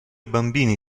bambini